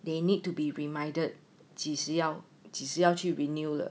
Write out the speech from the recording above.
they need to be reminded 几时要几时要去 renew 的